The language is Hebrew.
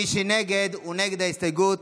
מי שנגד, הוא נגד ההסתייגות.